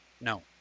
No